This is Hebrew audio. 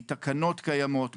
מתקנות קיימות,